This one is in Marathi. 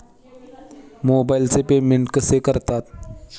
मोबाइलचे पेमेंट कसे करतात?